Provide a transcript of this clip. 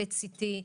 PET CT,